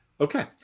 Okay